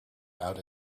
out